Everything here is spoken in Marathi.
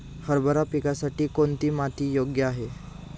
हरभरा पिकासाठी कोणती माती योग्य आहे?